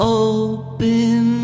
open